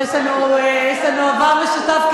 יש לנו עבר משותף,